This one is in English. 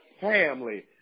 family